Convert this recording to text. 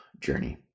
journey